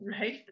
Right